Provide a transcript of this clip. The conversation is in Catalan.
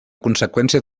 conseqüència